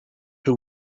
who